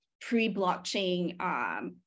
pre-blockchain